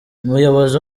umuyobozi